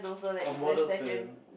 a model student